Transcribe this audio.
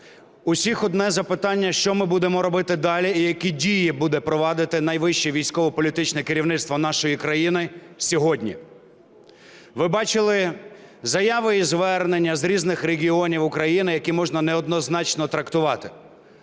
усіх одне запитання: що ми будемо робити далі і які дії буде провадити найвище військово-політичне керівництво нашої країни сьогодні? Ви бачили заяви і звернення з різних регіонів України, які можна неоднозначно трактувати.